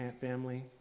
family